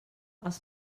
els